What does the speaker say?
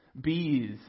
bees